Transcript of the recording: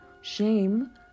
Shame